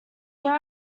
there